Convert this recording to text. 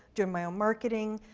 doing my own marketing.